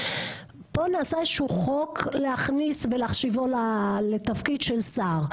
פה נעשה איזשהו חוק להכניס ולהשיבו לתפקיד של שר.